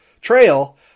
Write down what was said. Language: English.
trail